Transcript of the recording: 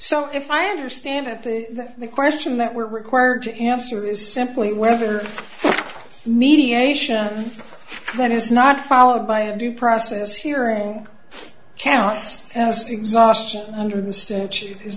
so if i understand that the question that we're required to answer is simply whether mediation that is not followed by a due process hearing counts as exhaustion under the statute is